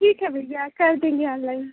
ठीक है भैया कर देंगे आनलाइन